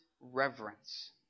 reverence